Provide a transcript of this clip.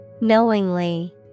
Knowingly